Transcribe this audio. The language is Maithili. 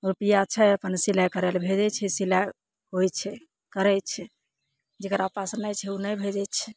रुपैआ छै अपन सिलाइ करय लए भेजय छै सिलाइ होइ छै करय छै जकरा पास नहि छै उ नहि भेजय छै